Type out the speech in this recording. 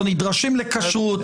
לא נדרשים לכשרות,